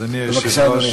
בבקשה, אדוני.